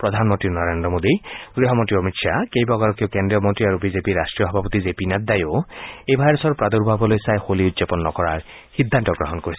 প্ৰধানমন্ত্ৰী নৰেন্দ্ৰ মোদী গৃহমন্ত্ৰী অমিত শ্বাহ কেইবাগৰাকীও কেজ্ৰীয় মন্ত্ৰী আৰু বিজেপিৰ ৰাষ্ট্ৰীয় সভাপতি জে পি নাড্ডায়ো এই ভাইৰাছৰ প্ৰাদূৰ্ভাৱলৈ চাই হোলী উদযাপন নকৰাৰ সিদ্ধান্ত গ্ৰহণ কৰিছে